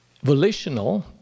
volitional